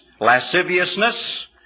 lasciviousness